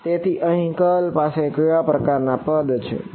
તેથી અહીં કર્લ પાસે કેવા પ્રકારના પદ છે ddx